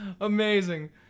Amazing